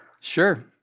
Sure